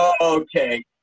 Okay